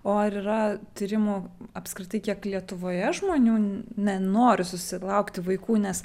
o ar yra tyrimų apskritai kiek lietuvoje žmonių nenori susilaukti vaikų nes